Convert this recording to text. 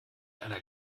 einer